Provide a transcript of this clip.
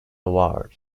award